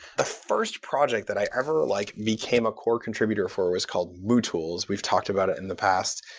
the first project that i ever like became a core contributor for was called mootools. we've talked about it in the past.